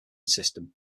system